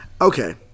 Okay